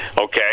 Okay